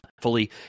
fully